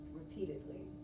repeatedly